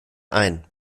ein